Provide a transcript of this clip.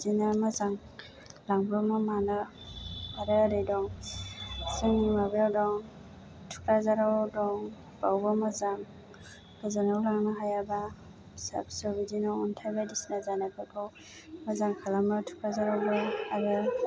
बिदिनो मोजां लांब्रबनो मानो आरो ओरै दं जोंनि माबायाव दं तुक्राझाराव दं बावबो मोजां गोजानाव लांनो हायाबा फिसा फिसौ बिदिनो अन्थाइ बायदिसिना जानायफोरखौ मोजां खालामो तुक्राझारावबो आरो